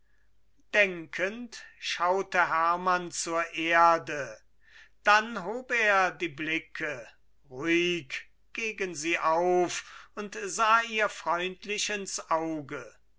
denkend schaute hermann zur erde dann hob er die blicke ruhig gegen sie auf und sah ihr freundlich ins auge